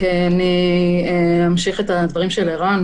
אני אמשיך את הדברים של ערן.